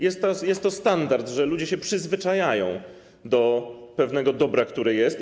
Jest to standard, że ludzie się przyzwyczajają do pewnego dobra, które jest.